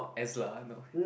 S lah no